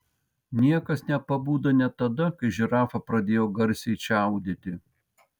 niekas nepabudo net tada kai žirafa pradėjo garsiai čiaudėti